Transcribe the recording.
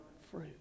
fruit